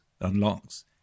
unlocks